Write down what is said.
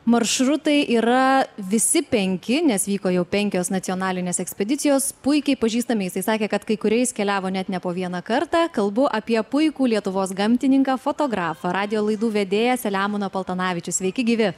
maršrutai yra visi penki nes vyko jau penkios nacionalinės ekspedicijos puikiai pažįstami jisai sakė kad kai kuriais keliavo net ne po vieną kartą kalbu apie puikų lietuvos gamtininką fotografą radijo laidų vedėją selemoną paltanavičių sveiki gyvi